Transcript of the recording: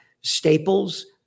Staples